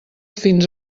fins